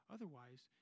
Otherwise